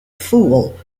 fool